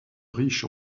riche